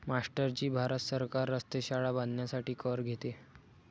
master ji Bharat सरकार रस्ते, शाळा बांधण्यासाठी कर घेते